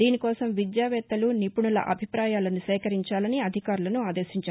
దీనికోసం విద్యావేత్తలు నిపుణుల అభిప్రాయాలను సేకరించాలని అధికారులను ఆదేశించారు